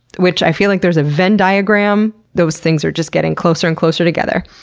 which i feel like there's a venn diagram, those things are just getting closer and closer together.